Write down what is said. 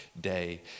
day